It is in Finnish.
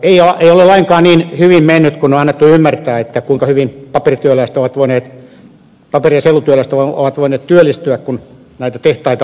ei ole lainkaan niin hyvin mennyt kuin on annettu ymmärtää kuinka hyvin paperi ja sellutyöläiset ovat voineet työllistyä kun näitä tehtaita on lopetettu